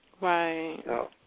Right